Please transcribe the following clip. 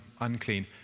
unclean